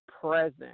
present